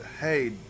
hey